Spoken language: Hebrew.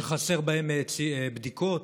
שחסרות בהם בדיקות.